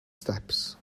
steps